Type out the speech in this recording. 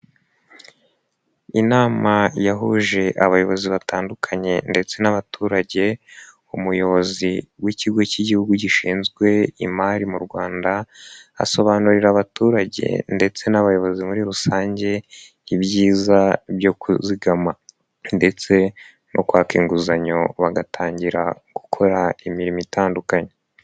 Inama yahuje abayobozi batandukanye ndetse n'abaturage, umuyobozi w'ikigo cy'igihugu gishinzwe imari mu Rwanda asobanurira abaturage ndetse n'abayobozi muri rusange ibyiza byo kuzigama ndetse no kwaka inguzanyo, bagatangira gukora imirimo itandukanye.